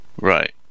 Right